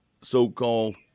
so-called